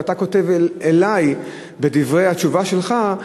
את זה אתה כותב אלי בדברי התשובה שלך,